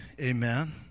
Amen